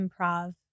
improv